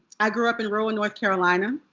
i grew up in rural north carolina.